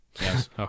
Yes